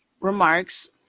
remarks